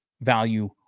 value